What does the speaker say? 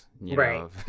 Right